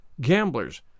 gamblers